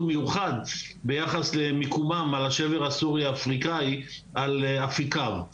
מיוחד ביחס למיקומם על השבר הסורי-אפריקאי על אפיקיו.